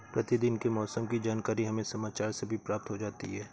प्रतिदिन के मौसम की जानकारी हमें समाचार से भी प्राप्त हो जाती है